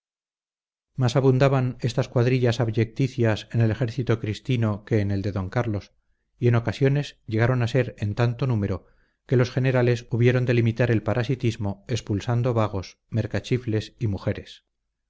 más abundaban estas cuadrillas abyecticias en el ejército cristino que en el de don carlos y en ocasiones llegaron a ser en tanto número que los generales hubieron de limitar el parasitismo expulsando vagos mercachifles y mujeres